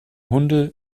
hunde